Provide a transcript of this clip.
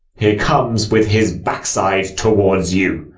he comes with his backside towards you.